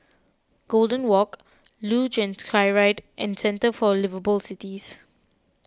Golden Walk Luge and Skyride and Centre for Liveable Cities